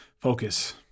Focus